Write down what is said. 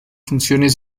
funciones